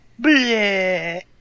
Bleh